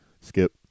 skip